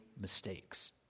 mistakes